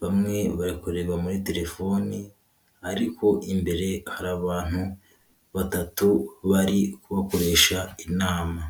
bamwe barikureba muri telefoni, ariko imbere hari abantu batatu bari kubakoresha inama.